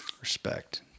Respect